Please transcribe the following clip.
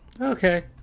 Okay